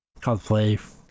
cosplay